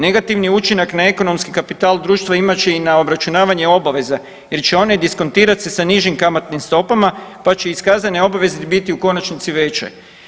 Negativni učinak na ekonomski kapital društva imat će i na obračunavanje obaveze jer će one diskontirat se sa nižim kamatnim stopama pa će iskazane obveze biti u konačnici veće.